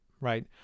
Right